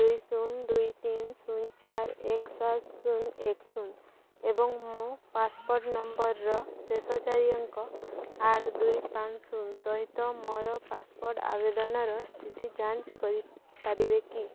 ଦୁଇ ଶୂନ ଦୁଇ ତିନ ଶୂନ ଚାରି ଏକ ସାତ ଶୂନ ଏକ ଶୂନ ଏବଂ ମୋ ପାସପୋର୍ଟ୍ ନମ୍ବର୍ର ଶେଷ ଚାରି ଅଙ୍କ ଆଠ ଦୁଇ ପାଞ୍ଚ ଶୂନ ସହିତ ମୋର ପାସପୋର୍ଟ୍ ଆବେଦନର ସ୍ଥିତି ଯାଞ୍ଚ କରିପାରିବେ କି